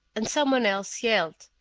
and someone else yelled,